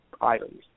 items